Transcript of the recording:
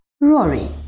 Rory